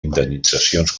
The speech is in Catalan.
indemnitzacions